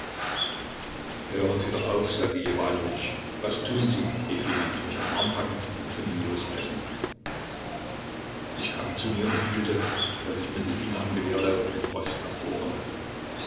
hören sie doch auf ssergej iwanowitsch was tun sie rief jemand mich am arm packend und von ihm losreißend ich kam zu mir und fühlte daß ich mir die finger am gewehrlauf im froste erfroren hatte